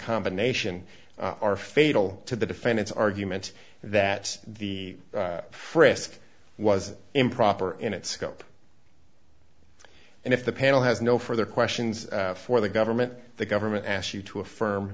combination are fatal to the defendant's argument that the frisk was improper in its scope and if the panel has no further questions for the government the government asks you to affirm